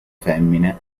femmine